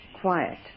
quiet